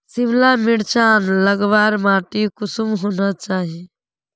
सिमला मिर्चान लगवार माटी कुंसम होना चही?